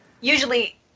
usually